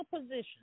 position